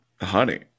Honey